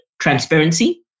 transparency